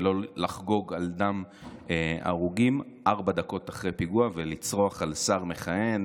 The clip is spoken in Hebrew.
ולא לחגוג על דם הרוגים ארבע דקות אחרי פיגוע ולצרוח על שר מכהן